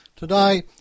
Today